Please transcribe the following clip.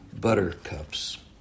buttercups